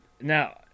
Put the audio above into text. now